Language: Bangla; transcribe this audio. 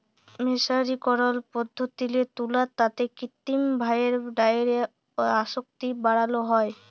মের্সারিকরল পদ্ধতিল্লে তুলার তাঁতে কিত্তিম ভাঁয়রে ডাইয়ের আসক্তি বাড়ালো হ্যয়